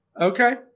Okay